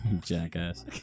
Jackass